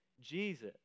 Jesus